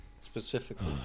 Specifically